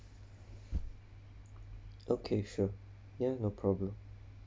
okay sure ya no problem